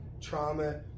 trauma